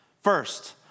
First